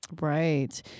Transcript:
Right